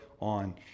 on